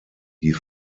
die